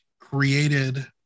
created